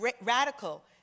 radical